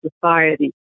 society